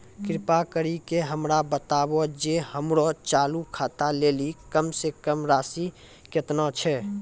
कृपा करि के हमरा बताबो जे हमरो चालू खाता लेली कम से कम राशि केतना छै?